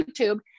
YouTube